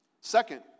Second